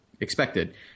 expected